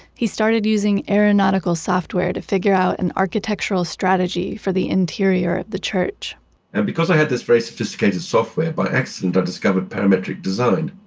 he started using aeronautical software to figure out an architectural strategy for the interior of the church and because i had this very sophisticated software, by accident i discovered parametric design.